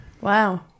Wow